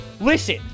Listen